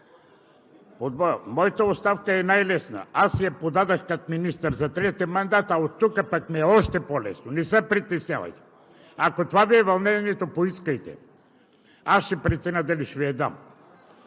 Моята оставка е най-лесна, аз си я подадох като министър за третия мандат, а оттук пък ми е още по-лесно. Не се притеснявайте! Ако това Ви е вълнението, поискайте – аз ще преценя дали ще Ви я дам.